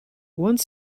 one